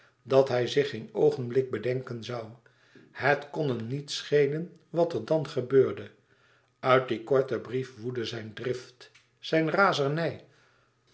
dat hij zich geen oogenblik bedenken zoû het kon hem niet schelen wat er dan gebeurde uit dien korten brief woedde zijn drift zijn razernij